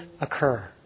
occur